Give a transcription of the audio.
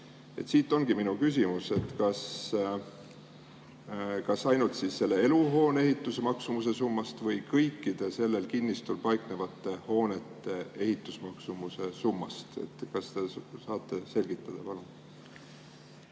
Siit tulebki minu küsimus. Kas ainult selle eluhoone ehitusmaksumuse summast või kõikide sellel kinnistul paiknevate hoonete ehitusmaksumuse summast? Kas te saate selgitada, palun?